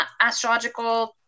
astrological